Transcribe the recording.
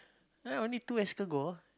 ah only two escargot